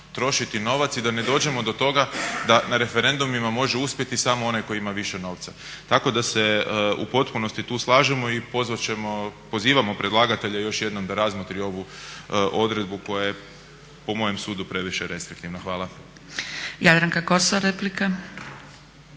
trošiti novac i da ne dođemo do toga da na referendumima može uspjeti samo onaj koji ima više novca. Tako da se u potpunosti tu slažemo i pozivamo predlagatelja još jednom da razmotri ovu odredbu koja je po mojem sudu previše restriktivna. Hvala. **Zgrebec, Dragica